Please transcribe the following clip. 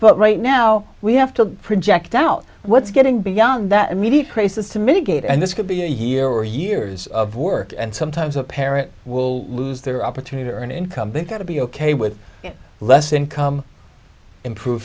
but right now we have to project out what's getting beyond that immediate crisis to mitigate and this could be a year or years of work and sometimes a parent will lose their opportunity or an income because to be ok with less income improve